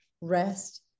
rest